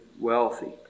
wealthy